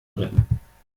retten